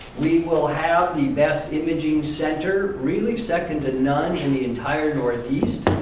we will have the best imaging center, really second to none in the entire northeast,